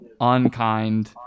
unkind